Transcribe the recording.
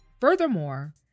Furthermore